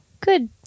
good